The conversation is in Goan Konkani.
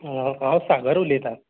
हां हांव सागर उलयतां